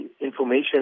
information